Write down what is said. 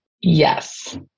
Yes